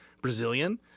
Brazilian